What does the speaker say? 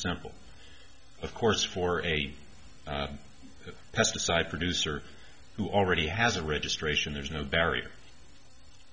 simple of course for a pesticide producer who already has a registration there's no barrier